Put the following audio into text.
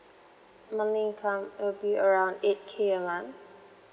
monthly income it will be around eight K a month